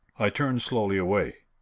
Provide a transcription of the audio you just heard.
i turned slowly away.